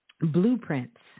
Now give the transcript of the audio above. blueprints